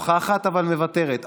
נוכחת אבל מוותרת.